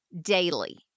daily